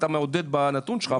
אתה מעודד בנתון שלך,